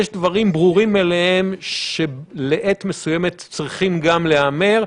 יש דברים ברורים מאליהם שלעת מסוימת צריכים גם להיאמר,